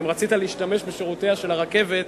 אם רצית להשתמש בשירותי הרכבת,